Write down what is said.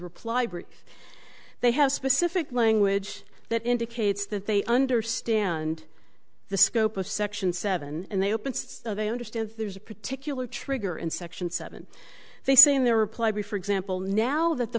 reply brick they have specific language that indicates that they understand the scope of section seven and they open they understand there's a particular trigger in section seven they say in their reply brief for example now that the